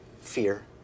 fear